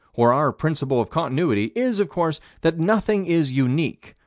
or our principle of continuity is, of course, that nothing is unique,